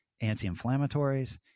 anti-inflammatories